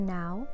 now